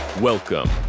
Welcome